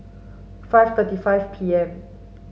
five thirty five P M